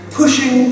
pushing